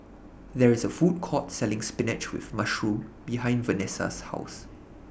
There IS A Food Court Selling Spinach with Mushroom behind Venessa's House